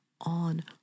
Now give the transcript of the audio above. on